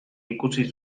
ikusi